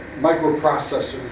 microprocessors